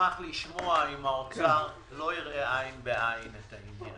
נשמח לשמוע אם משרד האוצר לא יראה עין בעין את העניין.